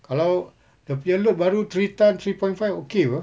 kalau dia punya load baru three tonne three point five okay apa